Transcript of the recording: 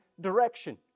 direction